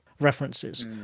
references